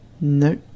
No